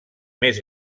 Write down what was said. més